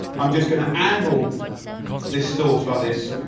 i'm just gonna angle this sauce like this.